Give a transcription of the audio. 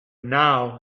now